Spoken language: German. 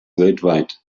weltweit